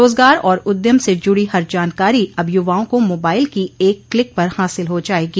रोजगार और उद्यम से जुड़ी हर जानकारी अब युवाओं को मोबाइल की एक क्लिक पर हासिल हो जायेगी